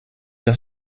das